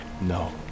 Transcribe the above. No